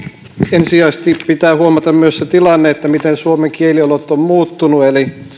ensisijaisesti pitää huomata myös se tilanne miten suomen kieliolot ovat muuttuneet